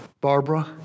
Barbara